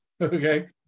okay